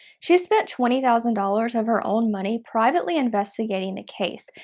she spent twenty thousand dollars of her own money privately investigating the case,